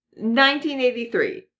1983